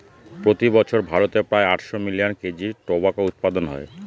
প্রতি বছর ভারতে প্রায় আটশো মিলিয়ন কেজি টোবাকো উৎপাদন হয়